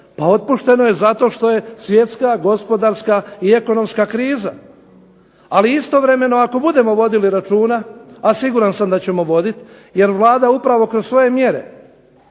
Pa otpušteno je zato što je svjetska gospodarska i ekonomska kriza. Ali istovremeno ako budemo vodili računa, a siguran sam da ćemo voditi, jer Vlada upravo kroz svoje mjere